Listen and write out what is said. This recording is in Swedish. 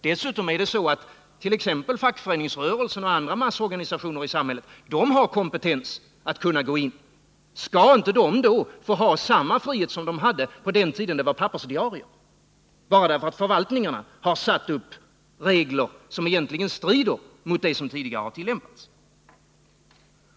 Dessutom har t.ex. fackföreningsrörelsen och andra massorganisationer i samhället kompetens att gå in i ett sådant arkiv. Skall de då inte få ha samma frihet som de hade på den tid det var pappersdiarier — bara därför att förvaltningarna har satt upp regler som egentligen strider mot det som tidigare har tillämpats?